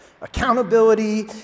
Accountability